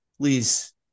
please